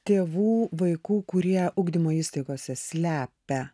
tėvų vaikų kurie ugdymo įstaigose slepia